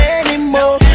anymore